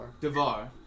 Devar